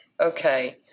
okay